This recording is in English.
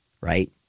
right